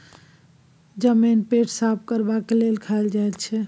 जमैन पेट साफ करबाक लेल खाएल जाई छै